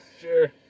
sure